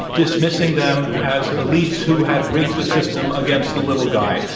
dismissing them as elites who had rigged the system against the little guy?